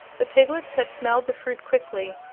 the piglets had smelled the fruit quickly,